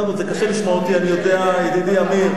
זה קשה לשמוע אותי, אני יודע, ידידי עמיר.